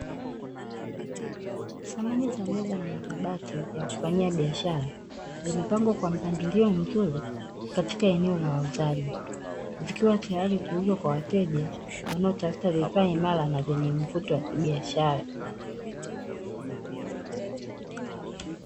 Samani za meza na makabati ya kufanyia biashara, zimepangwa kwa mpangilio mzuri katika eneo la wauzaji, vikiwa tayari kuuzwa kwa wateja wanaotafuta vifaa imara na vyenye mvuto wa kibiashara.